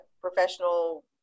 professional